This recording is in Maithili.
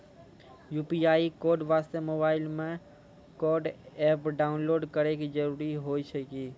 यु.पी.आई कोड वास्ते मोबाइल मे कोय एप्प डाउनलोड करे के जरूरी होय छै की?